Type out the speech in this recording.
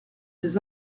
des